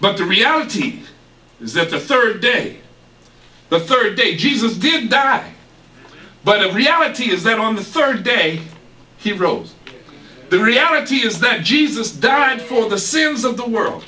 but the reality is that the third day the third day jesus did that but the reality is that on the third day he rose the reality is that jesus died for the sins of the world